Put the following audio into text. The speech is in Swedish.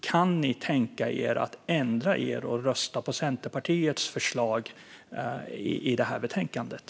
Kan ni tänka er att ändra er och rösta på Centerpartiets förslag i det här betänkandet?